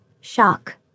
Shock